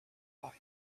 bite